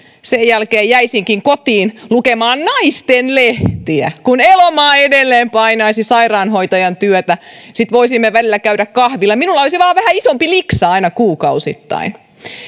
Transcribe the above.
sen jälkeen jäisinkin kotiin lukemaan naistenlehtiä kun elomaa edelleen painaisi sairaanhoitajan työtä sitten voisimme välillä käydä kahvilla ja minulla olisi vain vähän isompi liksa aina kuukausittain